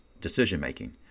decision-making